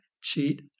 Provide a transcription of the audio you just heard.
cheat